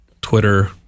Twitter